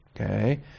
Okay